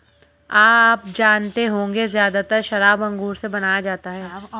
आप जानते होंगे ज़्यादातर शराब अंगूर से बनाया जाता है